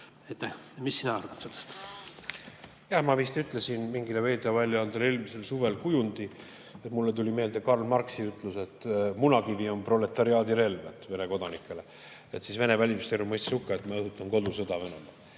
Mis sina arvad sellest?